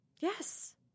Yes